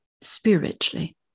spiritually